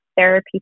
therapy